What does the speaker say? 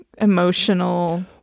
emotional